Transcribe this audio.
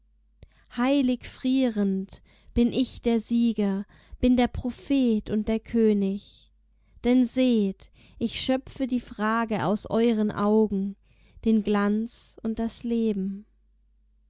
heilig frierend bin ich der sieger bin der prophet und der könig denn seht ich schöpfe die frage aus euren augen den glanz und das leben